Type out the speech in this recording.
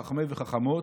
חכמי וחכמות,